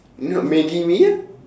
not maggi mee ah